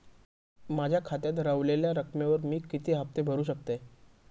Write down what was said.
माझ्या खात्यात रव्हलेल्या रकमेवर मी किती हफ्ते भरू शकतय?